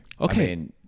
Okay